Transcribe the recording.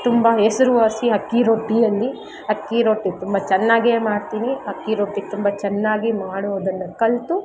ತುಂಬ ಹೆಸರುವಾಸಿ ಅಕ್ಕಿ ರೊಟ್ಟಿಯಲ್ಲಿ ಅಕ್ಕಿ ರೊಟ್ಟಿ ತುಂಬ ಚೆನ್ನಾಗೇ ಮಾಡ್ತೀನಿ ಅಕ್ಕಿ ರೊಟ್ಟಿ ತುಂಬ ಚೆನ್ನಾಗಿ ಮಾಡೋದನ್ನು ಕಲಿತು